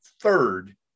third